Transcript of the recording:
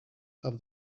have